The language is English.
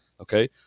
Okay